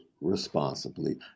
responsibly